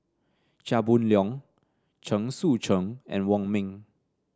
Chia Boon Leong Chen Sucheng and Wong Ming